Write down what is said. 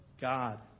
God